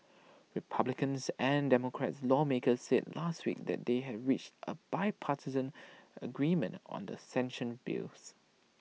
republicans and democratic lawmakers said last week that they had reached A bipartisan agreement on the sanctions bills